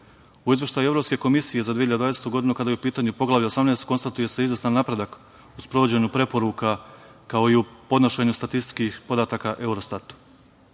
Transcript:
izveštaju Evropske komisije za 2020. godinu, kada je u pitanju Poglavlje 18, konstatuje se izvestan napredak u sprovođenju preporuka, kao i u podnošenju statističkih podataka Eurostata.